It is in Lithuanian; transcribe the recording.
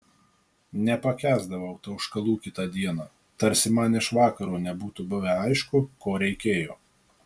nepakęsdavau tauškalų kitą dieną tarsi man iš vakaro nebūtų buvę aišku ko reikėjo